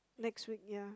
next week yeah